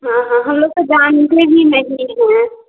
हाँ हाँ हम लोग तो जानते भी नहीं हैं